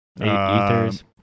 Ethers